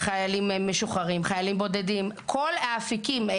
חיילים משוחררים, חיילים בודדים, כל האפיקים.